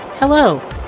Hello